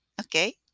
okay